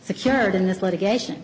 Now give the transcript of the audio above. secured in this litigation